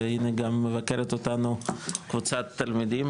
הנה גם מבקרת אותנו קבוצת תלמידים,